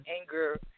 anger